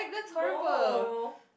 no